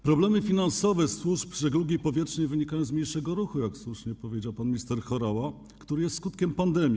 Problemy finansowe służb żeglugi powietrznej wynikają z mniejszego ruchu - jak słusznie powiedział pan minister Horała - który jest skutkiem pandemii.